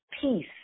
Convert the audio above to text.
peace